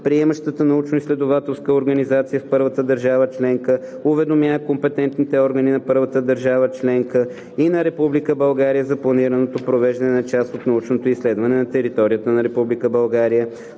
приемащата научноизследователска организация в първата държава членка уведомява компетентните органи на първата държава членка и на Република България за планираното провеждане на част от научното изследване на територията на Република България,